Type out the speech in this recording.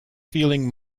feeling